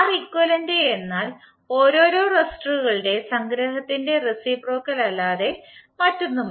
Req എന്നാൽ ഓരോരോ റെസിസ്റ്ററുകളുടെ സംഗ്രഹത്തിന്റെ റേസിപ്രോക്കൽ അല്ലാതെ മറ്റൊന്നുമല്ല